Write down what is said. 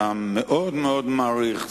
אתה מאוד מאוד מאריך.